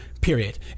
period